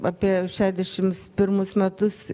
apie šešiasdešims pirmus metus